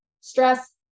stress